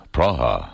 Praha